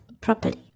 properly